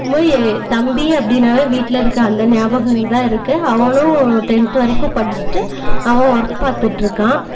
போயி தம்பி அப்படினாவே வீட்டில் இருக்க அந்த ஞாபகம் தான் இருக்குது அவனும் டென்த்து வரைக்கும் படிச்சுட்டு அவன் வொர்க் பார்த்துட்ருக்கான்